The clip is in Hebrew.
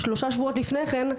שלושה שבועות לפני כן,